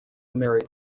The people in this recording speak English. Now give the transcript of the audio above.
married